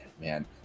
man